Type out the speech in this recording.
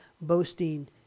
boasting